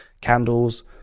candles